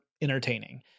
entertaining